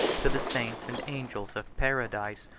to the saints and angels of paradise,